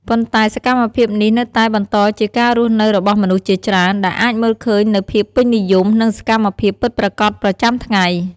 ប៉ុន្តែសកម្មភាពនេះនៅតែបន្តជាការរស់នៅរបស់មនុស្សជាច្រើន ដែលអាចមើលឃើញនូវភាពពេញនិយម និងសកម្មភាពពិតប្រាកដប្រចាំថ្ងៃ។